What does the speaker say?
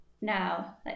now